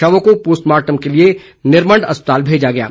शवों को पोस्टमार्टम के लिए निरमंड अस्पताल भेजा गया है